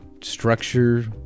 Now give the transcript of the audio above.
structure